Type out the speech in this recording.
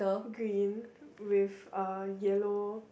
green with uh yellow